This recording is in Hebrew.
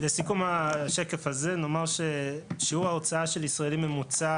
לסיכום השקף הזה נאמר ששיעור ההוצאה של ישראלי ממוצע